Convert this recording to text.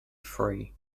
free